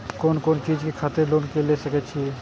कोन कोन चीज के खातिर लोन ले सके छिए?